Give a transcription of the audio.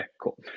cool